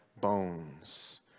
bones